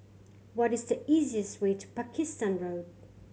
what is the easiest way to Pakistan Road